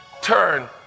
Turn